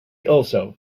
also